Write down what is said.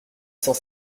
cent